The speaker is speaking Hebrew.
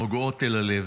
נוגעות אל הלב.